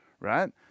right